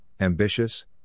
ambitious